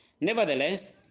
Nevertheless